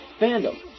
Fandom